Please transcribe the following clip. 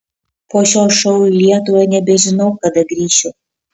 po šio šou į lietuvą nebežinau kada grįšiu